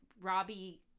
robbie